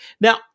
Now